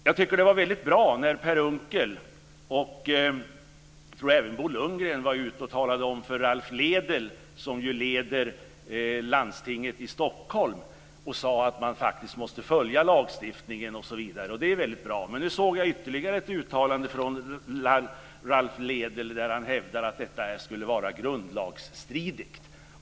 Jag tycker att det var väldigt bra när Per Unckel och, tror jag, även Bo Lundgren talade om för Ralph Lédel, som ju leder landstinget i Stockholm, att man faktiskt måste följa lagstiftningen osv. Men nu såg jag ytterligare ett uttalande från Ralph Lédel där han hävdar att detta skulle vara grundlagsstridigt.